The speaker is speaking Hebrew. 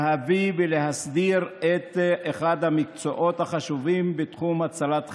להביא ולהסדיר את אחד המקצועות החשובים בתחום הצלת חיים.